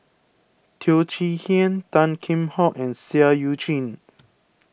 Teo Chee Hean Tan Kheam Hock and Seah Eu Chin